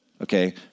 Okay